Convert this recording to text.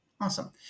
Awesome